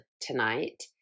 tonight